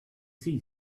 see